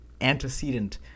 antecedent